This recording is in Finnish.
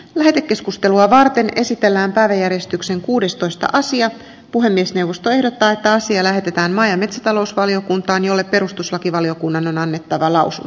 lähetekeskustelua varten esitellään pääjäristyksen kuudestoista asiat elikkä hyvä että asia lähetetään maa ja metsätalousvaliokuntaan jolle perustuslakivaliokunnan on annettava lausuu